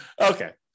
Okay